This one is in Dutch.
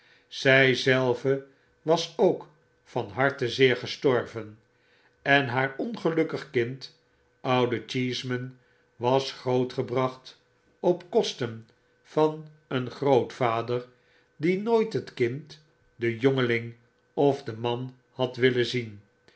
zij zelve was ook van hartzeer gestorven en haar ongelukkig kind oude cheeseman was grootgebracht op kosten van een grootvader die nooit het kind den jongeling of den man had willen zien